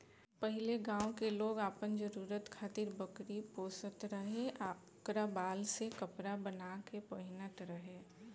पहिले गांव के लोग आपन जरुरत खातिर बकरी पोसत रहे आ ओकरा बाल से कपड़ा बाना के पहिनत रहे